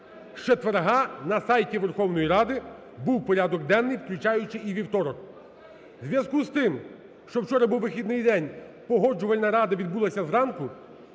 четверга на сайті Верховної Ради був порядок денний, включаючи і вівторок. У зв'язку з тим, що вчора був вихідний день, Погоджувальна рада відбулася зранку,